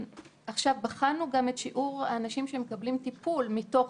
בחנו גם את שיעור האנשים שמקבלים טיפול מתוך